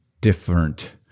different